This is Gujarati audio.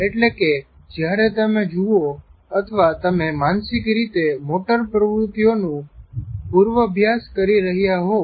એટલે કે જ્યારે તમે જુઓ અથવા તમે માનસીક રીતે મોટર પ્રવૃત્તિઓનું પૂર્વભ્યાસ કરી રહ્યા હોવ